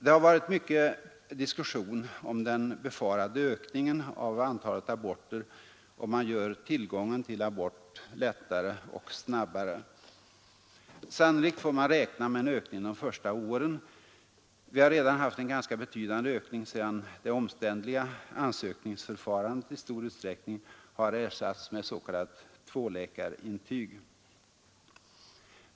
Det har varit mycket diskussion om den befarade ökningen av antalet aborter ifall om man gör tillgången till abort lättare och snabbare. Sannolikt får man räkna med en ökning de första åren. Vi har redan haft en ganska betydande ökning sedan det omständliga ansökningsförfaran 79 det i stor utsträckning ersatts med s.k. tvåläkarintyg.